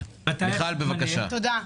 תודה.